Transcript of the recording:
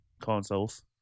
consoles